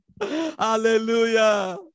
Hallelujah